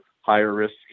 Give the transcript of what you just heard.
higher-risk